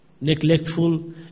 neglectful